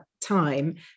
time